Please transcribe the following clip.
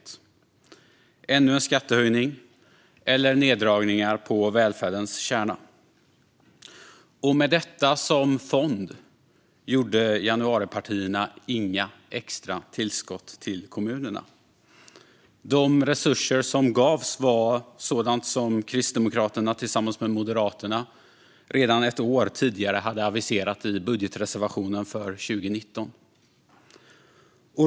Det krävdes ännu en skattehöjning eller neddragningar på välfärdens kärna. Med detta som fond gjorde januaripartierna inga extra tillskott till kommunerna. De resurser som gavs var sådant som Kristdemokraterna tillsammans med Moderaterna redan ett år tidigare hade aviserat i budgetreservationen för 2019.